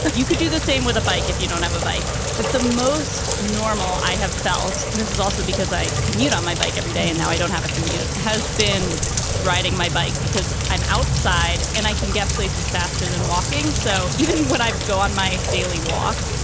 but you could do the same with a bike if you don't have a bike. but the most normal i have felt this is also because i commute on my bike every day and now i don't have a commute, has been riding my bike because i'm outside and i can get places faster than walking. so even when i go on my daily walk,